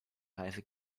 reise